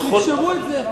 שאפשרו את זה.